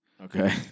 Okay